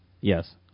Yes